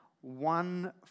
one